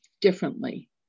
differently